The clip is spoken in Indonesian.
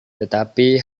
tetapi